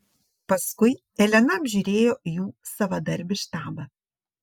paskui elena apžiūrėjo jų savadarbį štabą